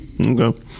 okay